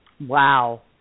Wow